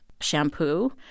shampoo